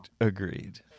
agreed